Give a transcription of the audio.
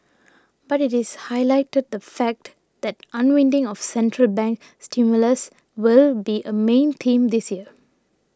but it highlighted the fact that unwinding of central bank stimulus will be a main theme this year